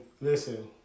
listen